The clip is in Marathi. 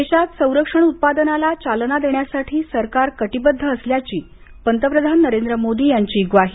देशात संरक्षण उत्पादनाला चालना देण्यासाठी सरकार कटिबद्ध असल्याची पंतप्रधान नरेंद्र मोदी यांची ग्वाही